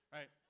Right